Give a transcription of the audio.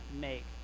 make